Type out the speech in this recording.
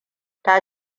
ta